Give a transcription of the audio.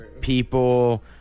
people